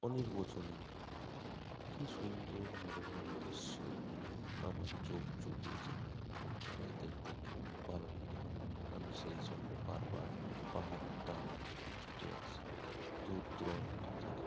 অনির্বচনীয় কী সুন্দর মনোরম দৃশ্য আমার চোখ জুড়িয়ে যায় আমার দেখতে খুব ভালো লাগে আমি সেই জন্যে বার বার পাহাড়ের টানে ছুটে আসি দূরদূরান্ত থেকে